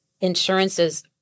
insurances